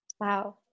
Wow